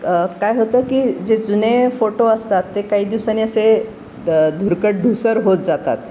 काय होतं की जे जुने फोटो असतात ते काही दिवसांनी असे द धुरकट धूसर होत जातात